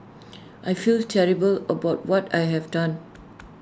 I feel terrible about what I have done